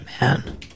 Man